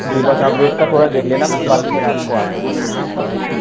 जी बस आप रेट का थोड़ा देख लेना मैम बाकी मैं रात को आता हूँ लेने के लिए